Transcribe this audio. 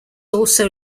also